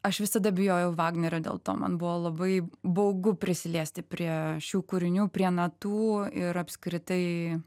aš visada bijojau vagnerio dėl to man buvo labai baugu prisiliesti prie šių kūrinių prie natų ir apskritai